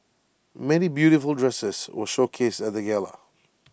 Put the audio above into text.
many beautiful dresses were showcased at the gala